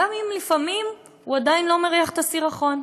גם אם לפעמים הוא עדיין לא מריח את הסירחון,